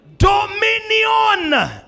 dominion